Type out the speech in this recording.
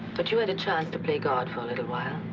but you had a chance to play god for a little while.